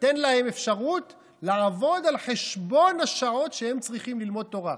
ניתן להם אפשרות לעבוד על חשבון השעות שהם צריכים ללמוד תורה.